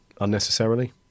unnecessarily